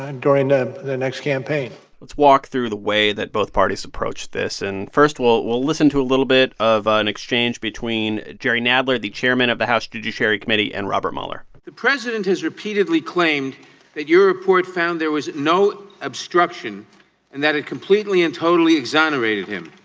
during the the next campaign let's walk through the way that both parties approached this. and first, we'll we'll listen to a little bit of an exchange between jerry nadler, the chairman of the house judiciary committee, and robert mueller the president has repeatedly claimed that your report found there was no obstruction and that it completely and totally exonerated him.